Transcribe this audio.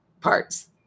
parts